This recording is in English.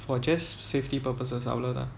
for just safety purposes அவ்ளோ தான்:avlo thaan